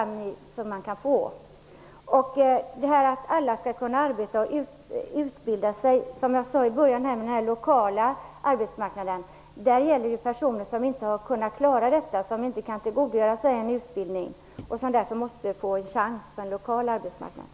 När det gäller detta med att alla skall kunna arbeta och utbilda sig samt detta med den lokala arbetsmarknaden handlar det om personer som inte har kunnat klara detta och således inte kan tillgodogöra sig en utbildning och som därför måste få en chans på den lokala arbetsmarknaden.